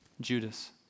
Judas